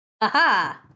Aha